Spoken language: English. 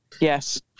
Yes